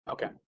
Okay